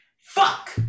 Fuck